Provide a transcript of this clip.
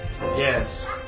Yes